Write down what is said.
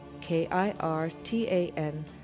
K-I-R-T-A-N